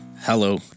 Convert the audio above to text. Hello